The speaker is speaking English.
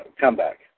comeback